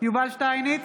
יובל שטייניץ,